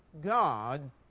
God